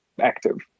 active